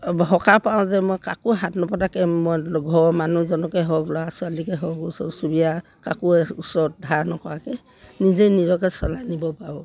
সকাহ পাওঁ যে মই কাকো হাত নপতাকৈ মই ঘৰৰ মানুহজনকে হওক ল'ৰা ছোৱালীকে হওক ওচৰ চুবুৰীয়া কাকো ওচৰত ধাৰ নকৰাকৈ নিজে নিজকে চলাই নিব পাৰোঁ